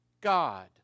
God